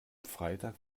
freitag